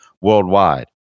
worldwide